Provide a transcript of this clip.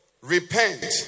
Repent